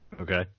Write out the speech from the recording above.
okay